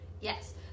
Yes